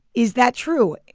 is that true?